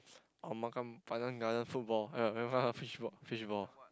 I want makan Pandan-Garden football eh fishball fishball